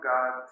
God